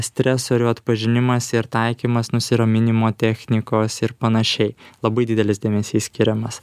stresorių atpažinimas ir taikymas nusiraminimo technikos ir panašiai labai didelis dėmesys skiriamas